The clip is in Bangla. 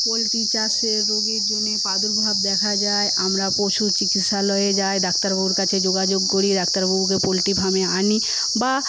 পোল্ট্রি চাষে রোগীর জন্যে প্রাদুর্ভাব দেখা যায় আমরা পশু চিকিৎসালয়ে যাই ডাক্তার বাবুর কাছে যোগাযোগ করি ডাক্তার বাবুকে পোল্ট্রি ফার্মে আনি বা